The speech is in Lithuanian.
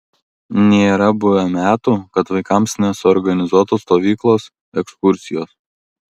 nėra buvę metų kad vaikams nesuorganizuotų stovyklos ekskursijos